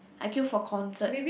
I queue for concert